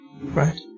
Right